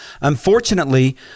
Unfortunately